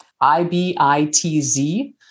I-B-I-T-Z